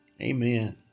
amen